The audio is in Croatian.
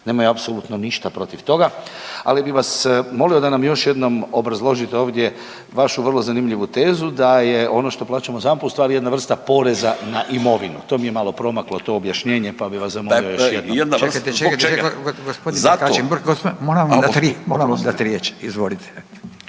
nemaju apsolutno ništa protiv toga. Ali bi vas molio da nam još jednom obrazložite ovdje vašu vrlo zanimljivu tezu da je ono što plaćamo ZAMP-u ustvari jedna vrsta poreza na imovinu to mi je malo promaklo to objašnjenje, pa bi vas zamolio još jednom …/Govornici govore istovremeno, ne razumije se/….